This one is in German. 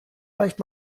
leicht